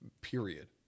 period